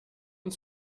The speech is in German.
und